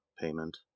payment